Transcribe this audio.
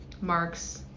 marks